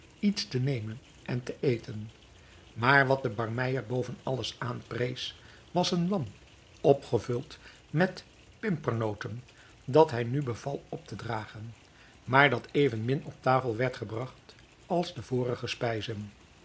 iets te nemen en te eten maar wat de barmeyer boven alles aanprees was een lam opgevuld met pimpernoten dat hij nu beval op te dragen maar dat evenmin op tafel werd gebragt als de vorige spijzen